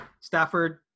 Stafford